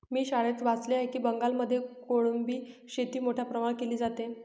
मी शाळेत वाचले आहे की बंगालमध्ये कोळंबी शेती मोठ्या प्रमाणावर केली जाते